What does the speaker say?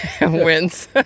Wins